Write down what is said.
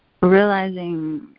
realizing